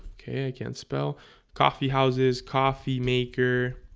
okay, i can't spell coffee houses coffee maker